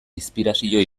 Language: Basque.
inspirazio